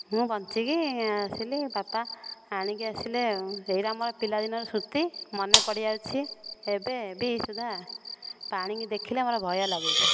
ମୁଁ ବଞ୍ଚିକି ଆସିଲି ବାପା ଆଣିକି ଆସିଲେ ଆଉ ଏଇଟା ମୋ ପିଲା ଦିନର ସ୍ମୁତି ମନେ ପଡ଼ିଯାଉଛି ଏବେ ବି ସୁଧା ପାଣିକି ଦେଖିଲେ ମାନେ ଭୟ ଲାଗୁଛି